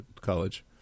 college